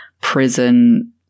prison